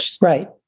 Right